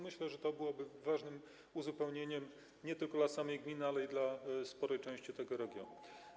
Myślę, że to byłoby ważnym uzupełnieniem nie tylko dla samej gminy, ale i dla sporej części tego regionu.